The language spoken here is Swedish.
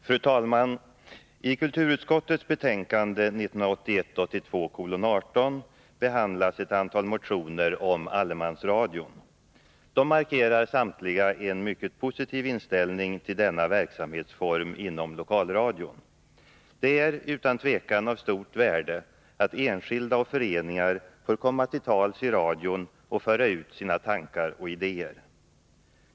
Fru talman! I kulturutskottets betänkande 1981/82:18 behandlas ett antal motioner om allemansradion. De markerar samtliga en mycket positiv inställning till denna verksamhetsform inom lokalradion. Det är utan tvivel avstort värde att enskilda och föreningar får komma till tals i radion och föra ut sina tankar och idéer.